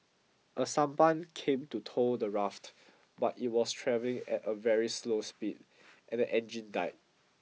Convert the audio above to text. a sampan came to tow the raft but it was travelling at a very slow speed and the engine died